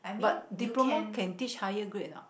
but diploma can teach higher grade or not